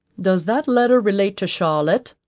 does that letter relate to charlotte?